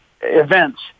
events